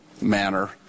manner